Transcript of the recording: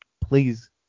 Please